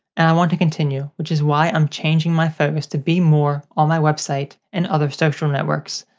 and i want to continue, which is why i'm changing my focus to be more on my website and other social networks.